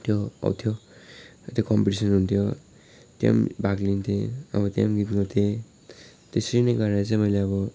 त्यो हौ त्यो हो त्यो कम्पिटिसन हुन्थ्यो त्यहाँ पनि भाग लिन्थेँ अब त्यहाँ पनि गीत गाउँथेँ त्यसरी नै गरेर चाहिँ मैले अब